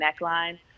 neckline